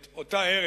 את אותה ארץ,